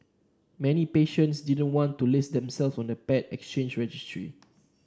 many patients didn't want to list themselves on the paired exchange registry